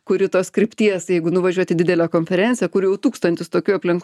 kuri tos krypties jeigu nuvažiuoti į didelę konferenciją kur jau tūkstantis tokių aplink